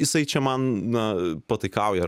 jisai čia man na pataikauja